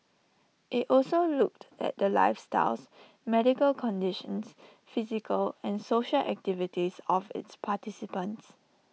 IT also looked at the lifestyles medical conditions physical and social activities of its participants